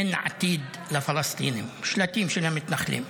אין עתיד לפלסטינים, שלטים של המתנחלים.